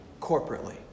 corporately